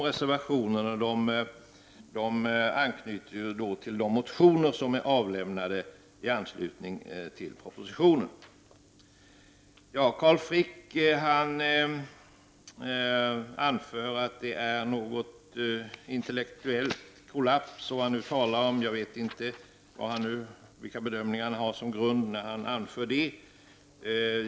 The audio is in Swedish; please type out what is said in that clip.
Reservationen anknyter till de motioner som är avlämnade i anslutning till propositionen. Carl Frick talar om intellektuell kollaps. Jag vet inte vilka bedömningar han gör när han anför det.